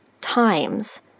times